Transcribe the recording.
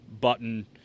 button